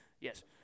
Yes